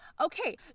okay